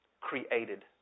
created